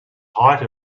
height